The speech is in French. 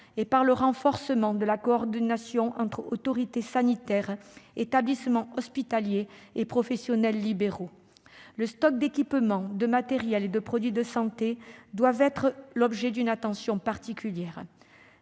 et par le renforcement de la coordination entre autorités sanitaires, établissements hospitaliers et professionnels libéraux. Les stocks d'équipements, de matériels et de produits de santé doivent être l'objet d'une attention particulière.